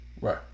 Right